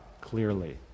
clearly